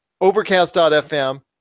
Overcast.fm